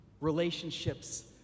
Relationships